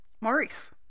Maurice